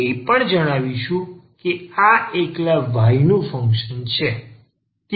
આપણે એ પણ જણાવીશું કે આ એકલા y નું ફંક્શન છે